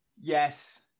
yes